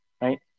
right